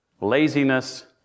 laziness